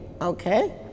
okay